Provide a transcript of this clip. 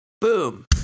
Boom